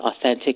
authentic